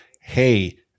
Hey